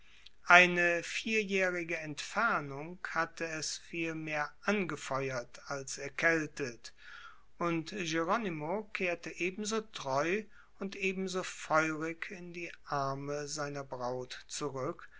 eine vierjährige entfernung hatte es vielmehr angefeuert als erkältet und jeronymo kehrte ebenso treu und ebenso feurig in die arme seiner braut zurück